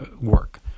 work